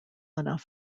enough